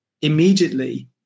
Immediately